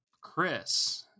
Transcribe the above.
Chris